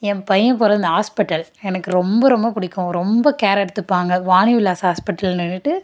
ஏன் பையன் பிறந்த ஹாஸ்பிட்டல் எனக்கு ரொம்ப ரொம்ப பிடிக்கும் ரொம்ப கேர் எடுத்துப்பாங்க வாணி விலாஸ் ஹாஸ்பிட்டல்னுட்டு